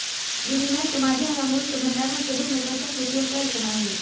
विनिमय के माध्यम या मूल्य के भंडारण के रूप में पैसा के उपयोग कैल जा हई